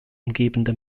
umgebende